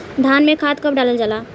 धान में खाद कब डालल जाला?